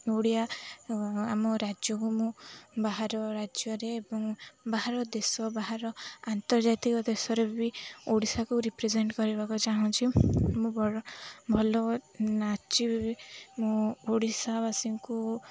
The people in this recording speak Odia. ଓଡ଼ିଆ ଆମ ରାଜ୍ୟକୁ ମୁଁ ବାହାର ରାଜ୍ୟରେ ଏବଂ ବାହାର ଦେଶ ବାହାର ଆନ୍ତର୍ଜାତିକ ଦେଶରେ ବି ଓଡ଼ିଶାକୁ ରିପ୍ରେଜେଣ୍ଟ୍ କରିବାକୁ ଚାହୁଁଛି ମୁଁ ଭଲ ନାଚି ବି ମୁଁ ଓଡ଼ିଶାବାସୀଙ୍କୁ